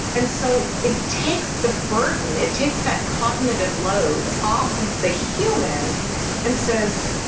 and so it takes the burden. it takes that cognitive load off of the human and says,